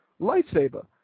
lightsaber